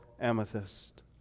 amethyst